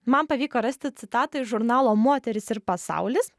man pavyko rasti citatą iš žurnalo moteris ir pasaulis